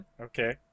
Okay